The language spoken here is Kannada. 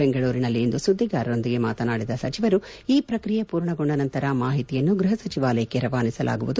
ಬೆಂಗಳೂರಿನಲ್ಲಿಂದು ಸುದ್ದಿಗಾರರೊಂದಿಗೆ ಮಾತನಾಡಿದ ಸಚಿವರು ಈ ಪ್ರಕ್ರಿಯೆ ಪೂರ್ಣಗೊಂಡ ನಂತರ ಮಾಹಿತಿಯನ್ನು ಗೃಪ ಸಚಿವಾಲಯಕ್ಕೆ ರವಾನಿಸಲಾಗುವುದು